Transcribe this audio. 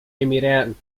emiraten